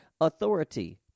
authority